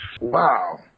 Wow